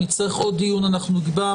נצטרך עוד דיון, אנחנו נקבע.